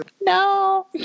no